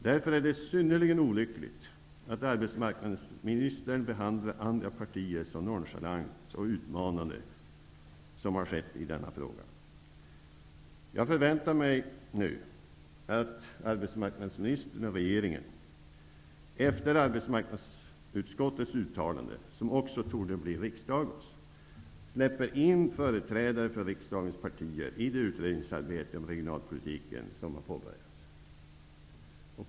Därför är det synnerligen olyckligt att arbetsmarknadsministern behandlar andra partier så nonchalant och utmanande som har skett i denna fråga. Jag förväntar mig nu att arbetsmarknadsministern och regeringen, efter arbetsmarknadsutskottets uttalande, som också torde bli riksdagens, släpper in företrädare för riksdagens partier i det utredningsarbete om regionalpolitiken som har påbörjats.